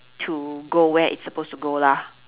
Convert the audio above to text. to go where it supposed to go lah